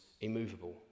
immovable